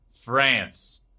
France